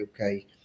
Okay